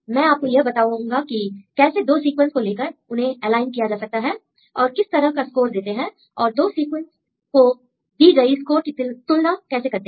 मैं आपको यह बताऊंगा कि कैसे दो सीक्वेंस को लेकर उन्हें एलाइन किया जा सकता है और किस तरह का स्कोर देते हैं और दो सीक्वेंस को दी गई स्कोर की तुलना कैसे करते हैं